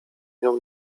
nią